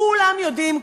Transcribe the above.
כולם יודעים,